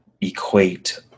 equate